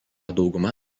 dauguma